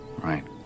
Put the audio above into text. right